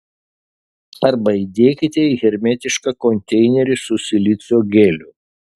arba įdėkite į hermetišką konteinerį su silicio geliu